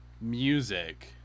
music